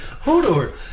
Hodor